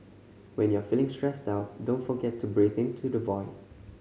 when you are feeling stressed out don't forget to breathe into the void